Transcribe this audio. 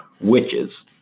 witches